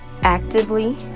actively